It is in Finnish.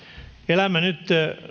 elämme nyt